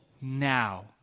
now